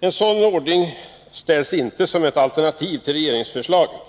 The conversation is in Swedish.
En sådan ordning ställs inte som ett alternativ till regeringsförslaget.